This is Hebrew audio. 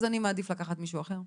אז אני מעדיף לקחת מישהו אחר.